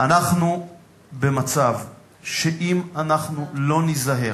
אנחנו במצב שאם אנחנו לא ניזהר,